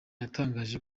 yatangaje